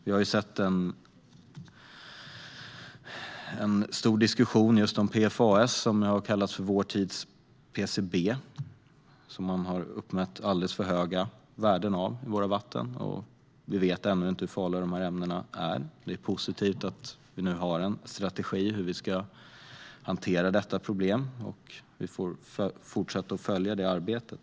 Vi har sett en stor diskussion om just PFAS, som ju har kallats för vår tids PCB. Man har uppmätt alldeles för höga värden av det i våra vatten. Vi vet ännu inte hur farliga dessa ämnen är. Det är dock positivt att vi nu har en strategi för hur vi ska hantera detta problem. Vi får fortsätta följa det arbetet.